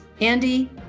andy